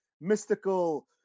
mystical